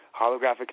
holographic